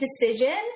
decision